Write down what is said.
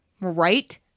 right